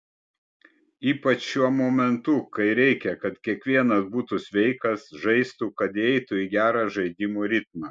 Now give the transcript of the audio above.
ypač šiuo momentu kai reikia kad kiekvienas būtų sveikas žaistų kad įeitų į gerą žaidimo ritmą